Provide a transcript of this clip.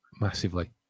Massively